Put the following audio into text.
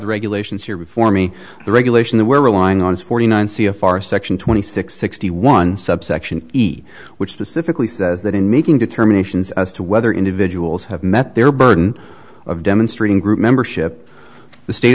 the regulations here before me the regulation that we're relying on is forty nine c f r section twenty six sixty one subsection e which the civically says that in making determinations as to whether individuals have met their burden of demonstrating group membership the state